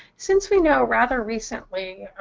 since we know, rather recently,